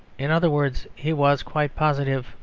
in other words he was quite positive,